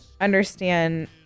understand